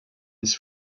his